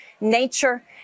nature